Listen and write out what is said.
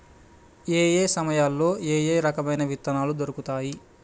ఏయే సమయాల్లో ఏయే రకమైన విత్తనాలు దొరుకుతాయి?